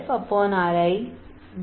RfRi 2